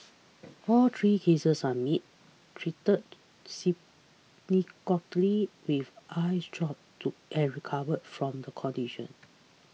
all three cases are meet treated symptomatically with eyes drops to and recovered from the condition